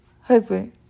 Husband